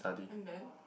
and then